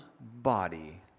body